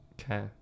Okay